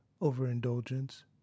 overindulgence